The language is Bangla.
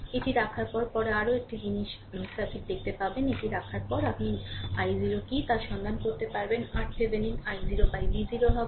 এটি রাখার পরে পরে আরও একটি জিনিস সার্কিট দেখতে পাবেন এটি রাখার পরে আপনি i0 কী তা সন্ধান করতে পারেন RThevenin i0 V0 হবে